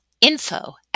info